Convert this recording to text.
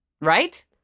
right